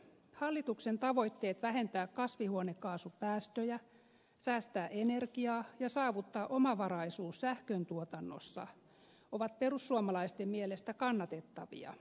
hallituksen tavoitteet vähentää kasvihuonekaasupäästöjä säästää energiaa ja saavuttaa omavaraisuus sähköntuotannossa ovat perussuomalaisten mielestä kannatettavia